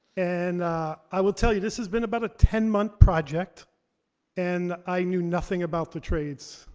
and i will tell you, this has been about a ten month project and i knew nothing about the trades.